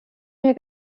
mir